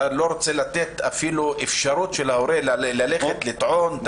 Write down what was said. אתה לא רוצה לתת אפילו אפשרות להורה ללכת לטעון?